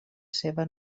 seva